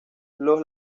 los